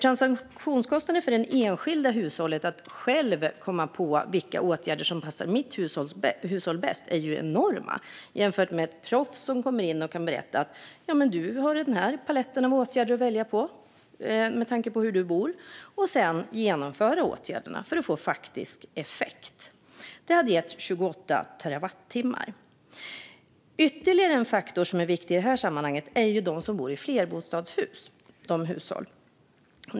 Transaktionskostnaden för de enskilda hushållen att själva komma på vilka åtgärder som passar just dem bäst är ju enorma jämfört med att ett proffs kommer in och kan berätta att "du har den här paletten av åtgärder att välja på med tanke på hur du bor" och sedan genomföra åtgärder för att få faktisk effekt. Det hade gett 28 terawattimmar. Ytterligare en faktor som är viktig i det här sammanhanget är hushåll i flerbostadshus.